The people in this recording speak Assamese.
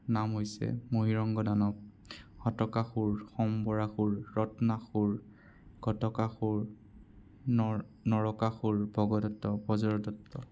নাম হৈছে মহীৰংগ দানৱ হতকাসুৰ সম্বৰাসুৰ ৰত্নাসুৰ ঘটকাসুৰ নৰকাসুৰ ভগদত্ত বজৰদত্ত